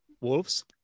Wolves